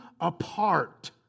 apart